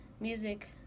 music